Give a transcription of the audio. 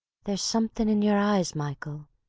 there's something in your eyes, michael,